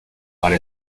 para